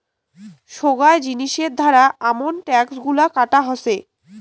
সোগায় জিনিসের ধারা আমন ট্যাক্স গুলা কাটা হসে